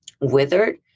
withered